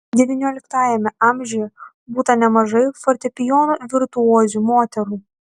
devynioliktajame amžiuje būta nemažai fortepijono virtuozių moterų